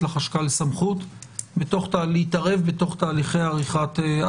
לחשב הכללי סמכות להתערב בתוך תהליכי הדוחות,